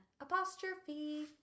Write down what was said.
apostrophe